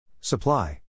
Supply